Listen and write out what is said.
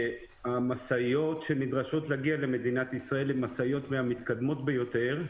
המשאיות שנדרשות להגיע למדינת ישראל הן משאיות מהמתקדמות ביותר,